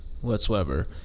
whatsoever